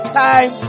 time